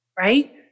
Right